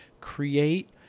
create